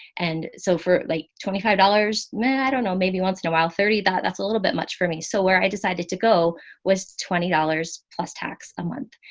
and so for like twenty five dollars, man, i don't know, maybe once in a while thirty that's a little bit much for me. so where i decided to go was twenty dollars plus tax a month.